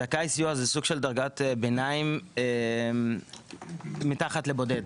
זכאי סיוע זה סוג של דרגת ביניים מתחת לבודד.